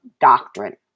doctrine